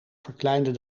verkleinen